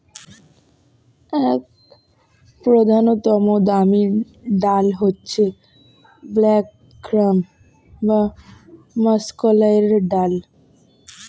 এক প্রধানতম দামি ডাল হচ্ছে ব্ল্যাক গ্রাম বা মাষকলাইয়ের ডাল